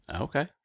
Okay